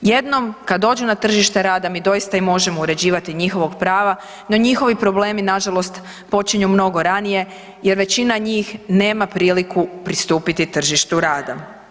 Jednom kad dođu na tržište rada mi doista i možemo uređivati njihova prava, no njihovi problemi nažalost počinju mnogo ranije jer većina njih nema priliku pristupiti tržištu rada.